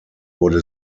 wurde